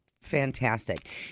fantastic